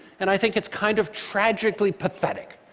and i think it's kind of tragically pathetic,